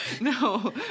no